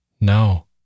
No